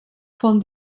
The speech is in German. von